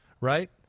Right